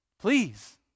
Please